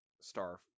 star